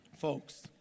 Folks